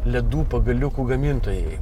ledų pagaliukų gamintojai